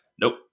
nope